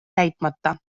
täitmata